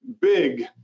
big